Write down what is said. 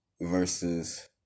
versus